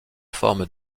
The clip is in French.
forme